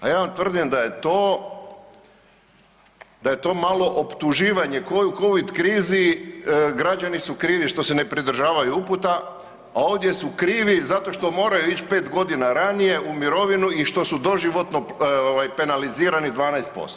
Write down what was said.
A ja vam tvrdim da je to, da je to malo optuživanje ko i u covid krizi građani su krivi što se ne pridržavaju uputa, a ovdje su krivi zato što moraju ić 5.g. ranije u mirovinu i što su doživotno ovaj penalizirani 12%